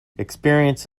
experience